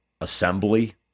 assembly